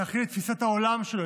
להכיל את תפיסת העולם שלו,